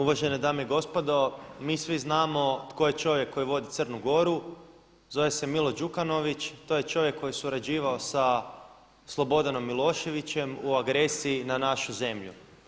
Uvažene dame i gospodo, mi svi znamo tko je čovjek koji vodi Crnu Goru, zove se Milo Đukanović, to je čovjek koji je surađivao sa Slobodanom Miloševićem u agresiji na našu zemlju.